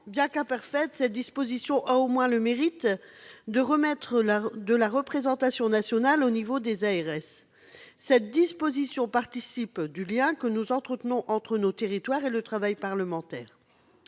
Bien qu'imparfaite, cette disposition a au moins le mérite de remettre de la représentation nationale au niveau des ARS. Elle participe du lien que nous entretenons entre nos territoires et le travail parlementaire.